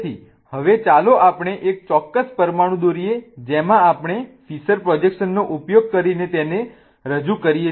તેથી હવે ચાલો આપણે એક ચોક્કસ પરમાણુ દોરીએ જેમાં આપણે ફિશર પ્રોજેક્શનનો ઉપયોગ કરીને તેને રજૂ કરીએ છીએ